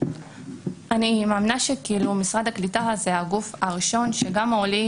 אני מאמינה שמשרד הקליטה זה הגוף הראשון שגם העולים